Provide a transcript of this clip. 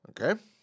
Okay